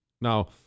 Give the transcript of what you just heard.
Now